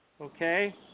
Okay